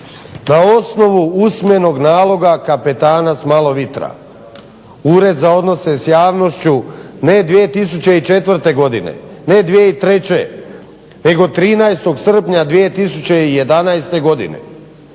Na osnovu usmenog naloga kapetana s malo vitra. Ured za odnose s javnošću ne 2004., ne 2003. nego 13. srpnja 2011. godine.